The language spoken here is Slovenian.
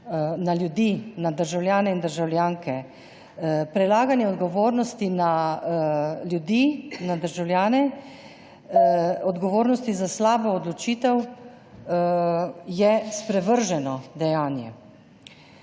na ljudi, na državljane in državljanke. Prelaganje odgovornosti na ljudi, na državljane, odgovornosti za slabo odločitev, je sprevrženo dejanje.